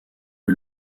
est